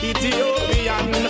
Ethiopian